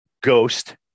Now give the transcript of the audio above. ghost